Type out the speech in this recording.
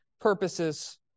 purposes